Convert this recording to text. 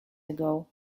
ago